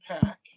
pack